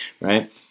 Right